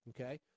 Okay